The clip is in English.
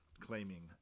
claiming